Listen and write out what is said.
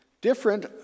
different